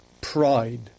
PRIDE